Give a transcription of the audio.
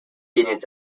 units